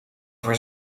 voor